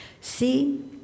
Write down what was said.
See